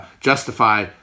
justify